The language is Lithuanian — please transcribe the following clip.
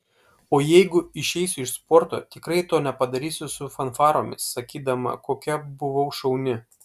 o jeigu išeisiu iš sporto tikrai to nepadarysiu su fanfaromis sakydama kokia buvau šauni